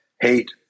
hate